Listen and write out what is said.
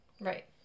Right